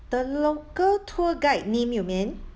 the local tour guide name you mean